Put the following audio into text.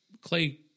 Clay